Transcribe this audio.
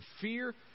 fear